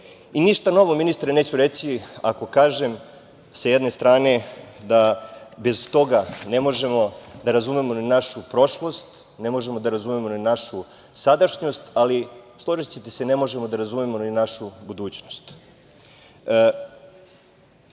Ništa novo ministre neću reći, ako kažem, sa jedne strane da bez toga ne možemo da razumemo ni našu prošlost, ne možemo da razumemo ni našu sadašnjost, ali složićete se, ne možemo da razumemo ni našu budućnost.